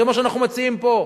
כמו שאנחנו מציעים פה,